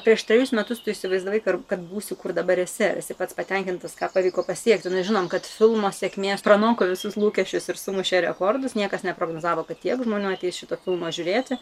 prieš trejus metus tu įsivaizdavai kad kad būsi kur dabar esi esi pats patenkintas ką pavyko pasiekti žinom kad filmo sėkmė pranoko visus lūkesčius ir sumušė rekordus niekas neprognozavo kad tiek žmonių ateis šito filmo žiūrėti